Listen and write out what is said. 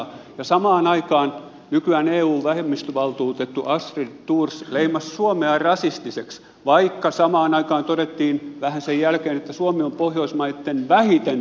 ja samaan aikaan nykyinen eun vähemmistövaltuutettu astrid thors leimasi suomea rasistiseksi vaikka samaan aikaan todettiin vähän sen jälkeen että suomi on pohjoismaitten vähiten rasistinen maa